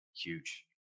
huge